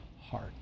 heart